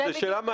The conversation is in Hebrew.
זו שאלה מעניינת.